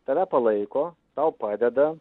tave palaiko tau padeda